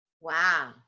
Wow